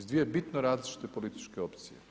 S dvije bitno različite političke opcije.